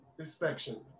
Inspection